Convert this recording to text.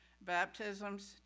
Baptisms